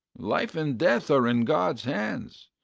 life and death are in god's hands.